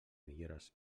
millores